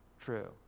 true